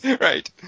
Right